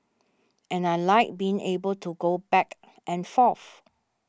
and I like being able to go back and forth